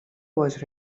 was